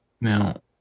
Now